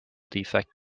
defect